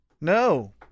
No